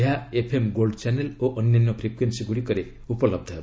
ଏହା FM gold channel ଓ ଅନ୍ୟାନ୍ୟ ଫ୍ରିକୁଏନ୍ସି ଗୁଡ଼ିକରେ ଉପଲବ୍ଧ ହେବ